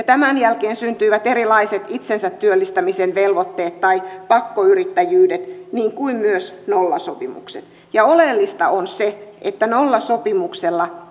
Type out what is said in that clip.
tämän jälkeen syntyivät erilaiset itsensä työllistämisen velvoitteet tai pakkoyrittäjyydet niin kuin myös nollasopimukset ja oleellista on se että nollasopimuksella